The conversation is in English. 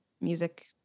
music